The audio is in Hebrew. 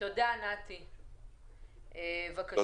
בתחילת הקורונה אנחנו אסרנו, כי